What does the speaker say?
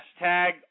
hashtag